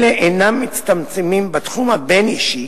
אלה אינם מצטמצמים בתחום הבין-אישי,